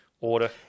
order